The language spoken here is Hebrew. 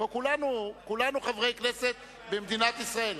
כולנו חברי כנסת במדינת ישראל.